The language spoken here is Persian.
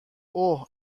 اوه